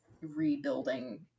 rebuilding